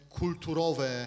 kulturowe